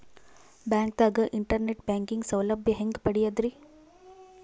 ಬ್ಯಾಂಕ್ದಾಗ internet banking ಸೌಲಭ್ಯ ಹೆಂಗ್ ಪಡಿಯದ್ರಿ?